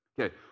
Okay